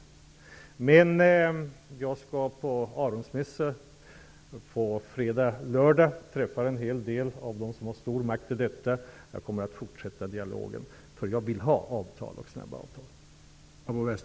På fredag och lördag skall jag på Arosmässan och träffa en hel del som har stor makt över detta. Då kommer jag att fortsätta dialogen, eftersom jag vill ha ett avtal snabbt.